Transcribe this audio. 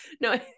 No